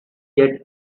yet